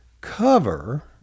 cover